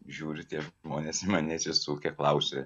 žiūri tie žmonės į mane atsisukę klausia